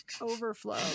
overflow